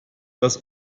das